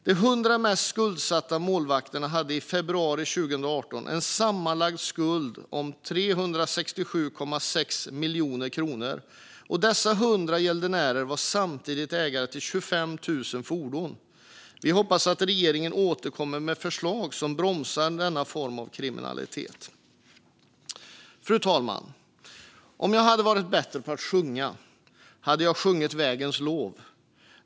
De 100 mest skuldsatta målvakterna hade i februari 2018 en sammanlagd skuld om 367,6 miljoner kronor. Dessa 100 gäldenärer var samtidigt ägare till 25 000 fordon. Vi hoppas att regeringen återkommer med förslag som bromsar denna form av kriminalitet. Fru talman! Om jag hade varit bättre på att sjunga hade jag sjungit vägens lov.